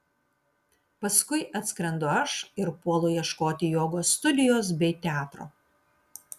paskui atskrendu aš ir puolu ieškoti jogos studijos bei teatro